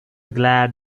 glad